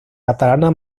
catalana